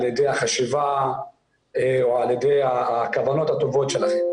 ידי החשיבה או על ידי הכוונות הטובות שלכם.